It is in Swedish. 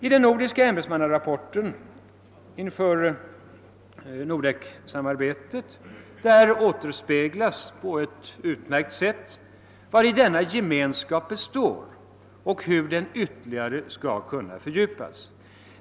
I den nordiska ämbetsmannarapporten inför Nordeksamarbetet återspeglas på ett utmärkt sätt vari denna gemenskap består och hur den ytterligare skall kunna fördjupas.